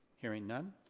hearing none.